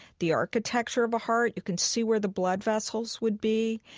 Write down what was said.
the architecture of a heart. you can see where the blood vessels would be.